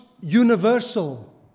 universal